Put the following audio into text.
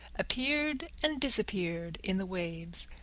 appeared and disappeared in the waves.